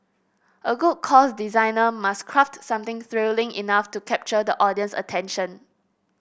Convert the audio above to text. a good course designer must craft something thrilling enough to capture the audience's attention